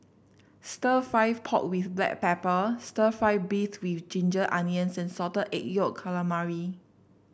stir fry pork with Black Pepper stir fry beef with Ginger Onions and Salted Egg Yolk Calamari